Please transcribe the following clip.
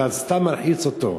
אתה סתם מלחיץ אותו.